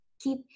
keep